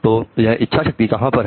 तो यह इच्छाशक्ति कहां पर है